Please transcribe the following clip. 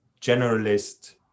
generalist